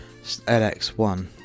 LX1